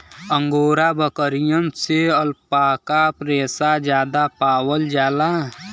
angora बकरियन से alpaca रेसा जादा पावल जाला